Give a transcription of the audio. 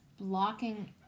blocking